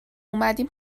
اومدیم